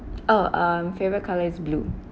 oh uh favourite colour is blue